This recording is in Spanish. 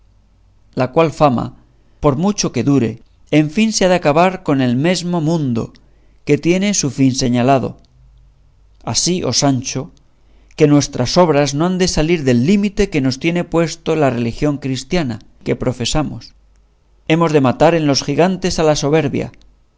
la cual fama por mucho que dure en fin se ha de acabar con el mesmo mundo que tiene su fin señalado así oh sancho que nuestras obras no han de salir del límite que nos tiene puesto la religión cristiana que profesamos hemos de matar en los gigantes a la soberbia